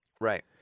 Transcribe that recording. Right